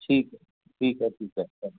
ਠੀਕ ਹੈ ਠੀਕ ਹੈ ਠੀਕ ਹੈ